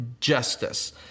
justice